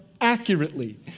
accurately